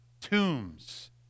tombs